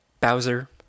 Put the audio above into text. Bowser